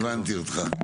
הבנתי אותך.